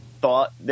thought